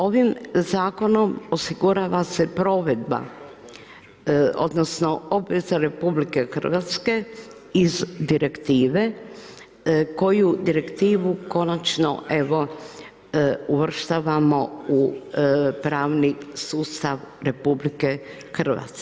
Ovim zakonom osigurava se provedba odnosno obveza RH iz direktive koju direktivu konačno evo, uvrštavamo u pravni sustav RH.